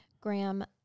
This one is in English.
Graham